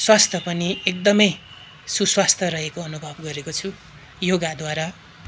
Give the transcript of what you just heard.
स्वास्थ्य पनि एकदमै सुस्वास्थ्य रहेको अनुभव गरेको छु योगाद्वारा